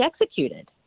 executed